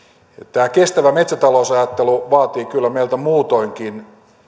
tämä kestävä metsätalous ajattelu kyllä vaatii meiltä muutoinkin